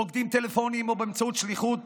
מוקדי טלפוניים או באמצעות שליחת